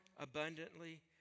abundantly